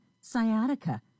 sciatica